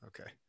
Okay